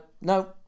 no